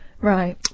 Right